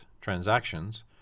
transactions